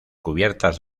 cubiertas